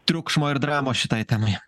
triukšmo ir dramos šitai temai